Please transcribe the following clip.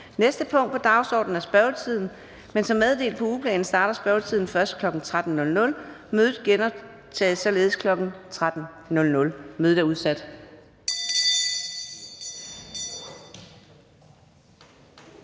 Næste punkt på dagsordenen er spørgetiden, men som meddelt i ugeplanen starter spørgetiden først kl. 13.00. Mødet genoptages således kl. 13.00. Mødet er udsat.